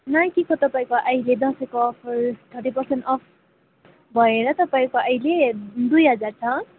नाइकीको तपाईँको अहिले दसैँको अफर थर्टी पर्सेन्ट अफ भएर तपाईँको अहिले दुई हजार छ